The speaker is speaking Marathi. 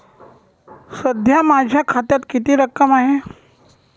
सध्या माझ्या खात्यात किती रक्कम आहे?